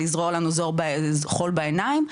לזרוע לנו חול בעיניים,